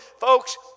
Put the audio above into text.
folks